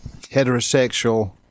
heterosexual